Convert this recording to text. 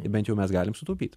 bent jau mes galim sutaupyt